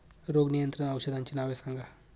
रोग नियंत्रण औषधांची नावे सांगा?